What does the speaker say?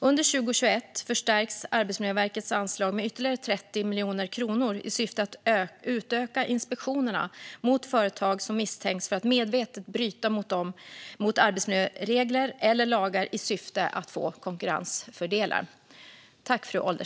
Under 2021 förstärks Arbetsmiljöverkets anslag med ytterligare 30 miljoner kronor i syfte att utöka inspektionerna mot företag som misstänks för att medvetet bryta mot arbetsmiljöregler eller lagar i syfte att få konkurrensfördelar.